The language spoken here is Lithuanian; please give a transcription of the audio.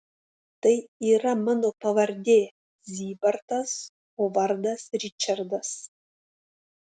tai yra mano pavardė zybartas o vardas ričardas